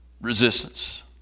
resistance